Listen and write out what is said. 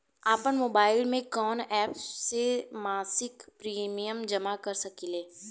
आपनमोबाइल में कवन एप से मासिक प्रिमियम जमा कर सकिले?